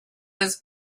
this